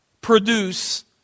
produce